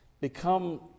become